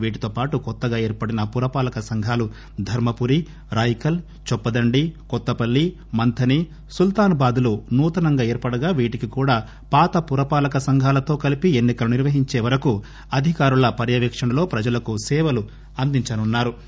వీటితోపాటు క్రొత్తగా ఏర్పడిన పుర పాలక సంఘాలు ధర్మపురి రాయికల్ చొప్పదండి కొత్తపల్లి మంథని సుల్తానాబాద్ లు నూతనంగా ఏర్పడగా వీటికి కూడా పాత పురపాలక సంఘాలతో కలిపి ఎన్ని కలు నిర్వహించే వరకు అధికారుల పర్యపేకణలో ప్రజలకు సేవలు అందించనున్నా రు